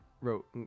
wrote